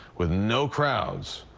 with no crowds.